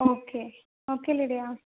okay okay lydia